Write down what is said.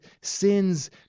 sins